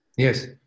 Yes